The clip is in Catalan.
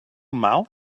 mal